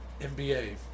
NBA